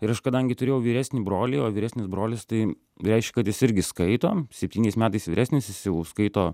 ir aš kadangi turėjau vyresnį brolį o vyresnis brolis tai reiškia kad jis irgi skaito septyniais metais vyresnis jis jau skaito